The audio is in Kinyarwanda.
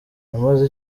namaze